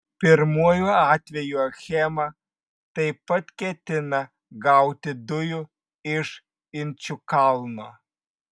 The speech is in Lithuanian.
pirmuoju atveju achema taip pat ketina gauti dujų iš inčukalno